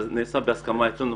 זה נעשה בהסכמה איתנו,